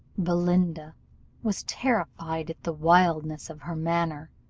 belinda was terrified at the wildness of her manner.